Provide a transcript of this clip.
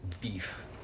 beef